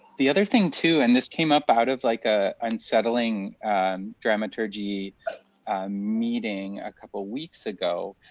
the other thing, too, and this came up out of like a unsettling and dramaturgy meeting a couple of weeks ago,